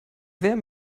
wer